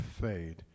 fade